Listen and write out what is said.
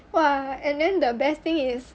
!wah! and then the best thing is